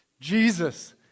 Jesus